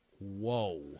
whoa